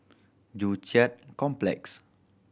Joo Chiat Complex